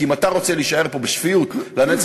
כי אם אתה רוצה להישאר פה בשפיות לנצח-נצחים,